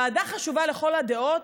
ועדה חשובה לכל הדעות,